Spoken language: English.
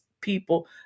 people